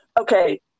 Okay